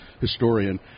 historian